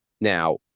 Now